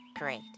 great